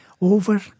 over